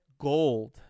gold